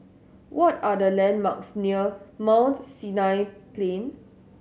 what are the landmarks near Mount Sinai Plain